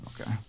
Okay